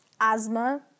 Asthma